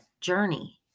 journey